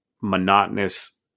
monotonous